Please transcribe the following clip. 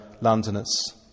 Londoners